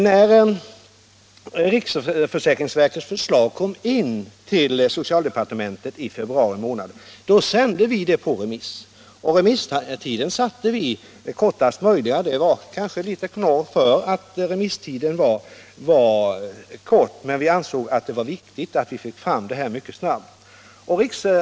När riksförsäkringsverkets förslag i februari månad kom in till socialdepartementet sände vi detta förslag på remiss. Remisstiden sattes till den kortaste möjliga, och den blev kanske i kortaste laget, men vi ansåg att det var viktigt att vi fick fram yttrandena mycket snabbt.